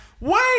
Wait